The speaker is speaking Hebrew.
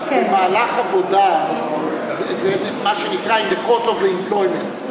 במהלך עבודה זה מה שנקרא in the course of the employment,